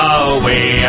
away